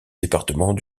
département